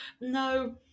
No